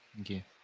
Okay